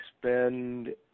spend